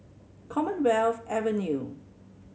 Commonwealth Avenue